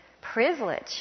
privilege